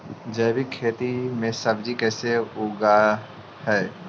जैविक खेती में सब्जी कैसे उगइअई?